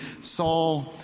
Saul